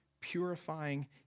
purifying